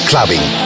Clubbing